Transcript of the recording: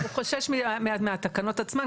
הוא חושש מהתקנות עצמן,